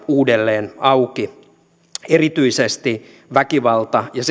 uudelleen auki erityisesti väkivalta ja